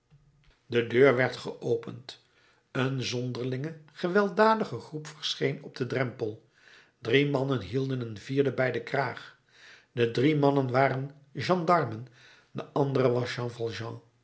de deur werd geopend een zonderlinge gewelddadige groep verscheen op den drempel drie mannen hielden een vierden bij den kraag de drie mannen waren gendarmen de andere was